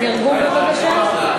תרגום בבקשה.